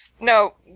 no